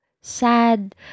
sad